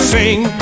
sing